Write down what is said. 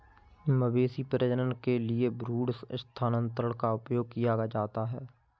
मवेशी प्रजनन के लिए भ्रूण स्थानांतरण का उपयोग किया जाता है